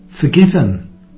forgiven